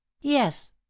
yes